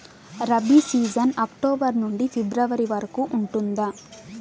rabi season October నుండి February వరకు ఉంటుంది